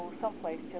someplace